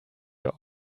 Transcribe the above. your